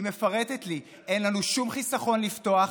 היא מפרטת לי: אין לנו שום חיסכון לפתוח,